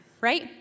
right